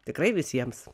tikrai visiems